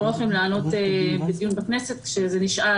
לא יכולים לענות בדיון בכנסת כשזה נשאל